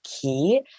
key